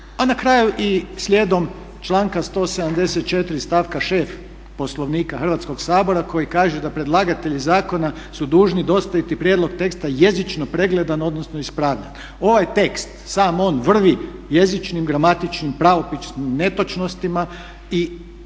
a na kraju i slijedom članka 174.stavka 6. Poslovnika Hrvatskog sabora koji kaže da predlagatelji zakona su dužni dostaviti prijedlog teksta jezično pregledan odnosno ispravljen. Ovaj tekst sam on vrvi jezičnim gramatičkim pravopisnim netočnostima i makar